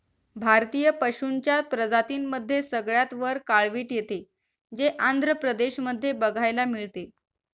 भारतीय पशूंच्या प्रजातींमध्ये सगळ्यात वर काळवीट येते, जे आंध्र प्रदेश मध्ये बघायला मिळते